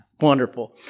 Wonderful